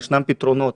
ישנם פתרונות.